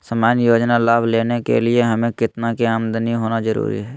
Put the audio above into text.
सामान्य योजना लाभ लेने के लिए हमें कितना के आमदनी होना जरूरी है?